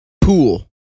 pool